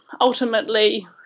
ultimately